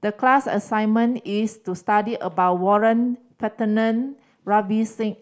the class assignment is to study about Warren Singh and